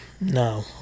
no